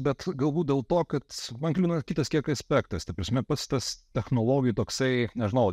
bet galbūt dėl to kad man kliūna kitas kiek aspektas ta prasme pats tas technologai toksai nežinau